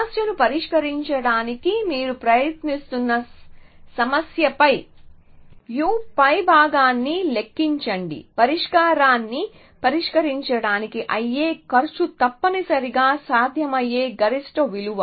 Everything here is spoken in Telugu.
సమస్యను పరిష్కరించడానికి మీరు ప్రయత్నిస్తున్న సమస్యపై U పైభాగాన్ని లెక్కించండి పరిష్కారాన్ని పరిష్కరించడానికి అయ్యే ఖర్చు తప్పనిసరిగా సాధ్యమయ్యే గరిష్ట విలువ